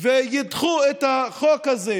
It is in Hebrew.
וידחו את החוק הזה,